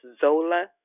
Zola